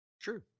True